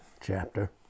chapter